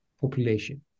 population